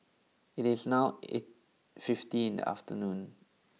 it is now eight fifty in the afternnoon